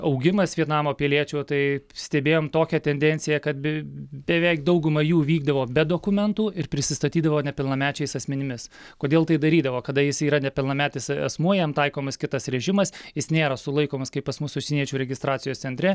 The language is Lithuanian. augimas vietnamo piliečių tai stebėjom tokią tendenciją kad be beveik dauguma jų vykdavo be dokumentų ir prisistatydavo nepilnamečiais asmenimis kodėl tai darydavo kada jis yra nepilnametis asmuo jam taikomas kitas režimas jis nėra sulaikomas kaip pas mus užsieniečių registracijos centre